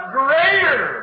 greater